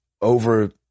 over